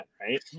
right